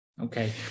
Okay